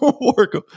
work